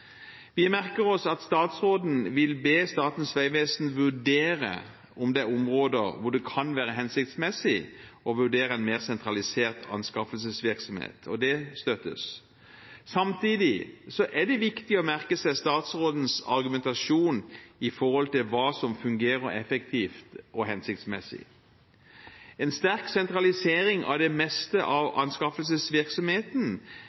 Vi merker oss at statsråden vil be Statens vegvesen vurdere om det er områder hvor det kan være hensiktsmessig å vurdere en mer sentralisert anskaffelsesvirksomhet, og det støttes. Samtidig er det viktig å merke seg statsrådens argumentasjon når det gjelder hva som fungerer effektivt og hensiktsmessig. En sterk sentralisering av det meste av anskaffelsesvirksomheten